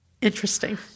Interesting